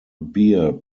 bear